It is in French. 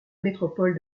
métropole